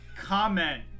Comment